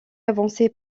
avancé